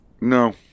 No